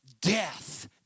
death